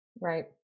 Right